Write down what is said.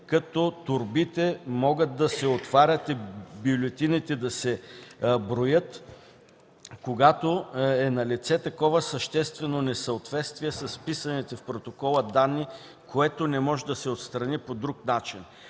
„торбите могат да се отварят и бюлетините да се броят, когато е налице такова съществено несъответствие с вписаните в протокола данни, което не може да се отстрани по друг начин”.